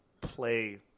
play